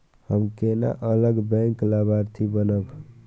हम केना अलग बैंक लाभार्थी बनब?